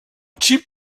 xip